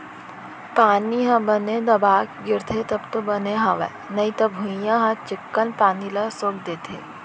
पानी ह बने दबा के गिरथे तब तो बने हवय नइते भुइयॉं ह चिक्कन पानी ल सोख देथे